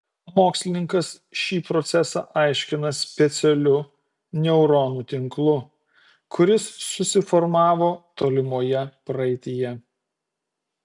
mokslininkas šį procesą aiškina specialiu neuronų tinklu kuris susiformavo tolimoje praeityje